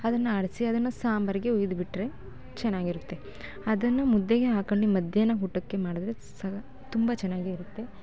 ಅದನ್ನು ಆಡಿಸಿ ಅದನ್ನು ಸಾಂಬಾರ್ಗೆ ಹುಯಿದ್ಬಿಟ್ರೆ ಚೆನ್ನಾಗಿರುತ್ತೆ ಅದನ್ನು ಮುದ್ದೆಗೆ ಹಾಕಂಡು ಮಧ್ಯಾಹ್ನ ಊಟಕ್ಕೆ ಮಾಡಿದ್ರೆ ಸಗ ತುಂಬ ಚೆನ್ನಾಗೇ ಇರುತ್ತೆ